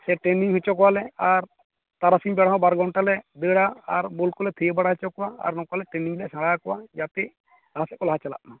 ᱥᱮ ᱴᱨᱮᱱᱤᱝ ᱦᱚᱪᱚ ᱠᱚᱣᱟᱞᱮ ᱟᱨ ᱛᱟᱨᱟᱥᱤᱧ ᱵᱮᱲᱟ ᱦᱚ ᱵᱟᱨ ᱜᱷᱚᱱᱴᱟᱞᱮ ᱫᱟᱹᱲᱟ ᱟᱨ ᱵᱚᱞᱠᱚᱞᱮ ᱛᱷᱤᱭᱟᱹ ᱵᱟᱲᱟ ᱚᱪᱚ ᱠᱚᱣᱟ ᱟᱨ ᱱᱚᱝᱠᱟᱞᱮ ᱴᱨᱮᱱᱤᱝ ᱞᱮ ᱥᱮᱸᱲᱟ ᱚᱪᱚ ᱠᱚᱣᱟ ᱡᱟᱛᱮ ᱞᱟᱦᱟᱥᱮᱱ ᱠᱚ ᱞᱟᱦᱟ ᱪᱟᱞᱟ ᱢᱟ